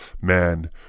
Man